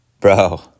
bro